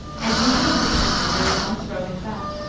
an indian mischief maker was once roving about.